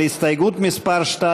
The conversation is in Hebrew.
הסתייגות מס' 2,